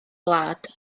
wlad